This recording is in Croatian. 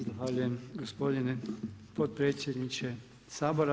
Zahvaljujem gospodine potpredsjedniče Sabora.